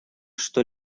что